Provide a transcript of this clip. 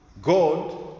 God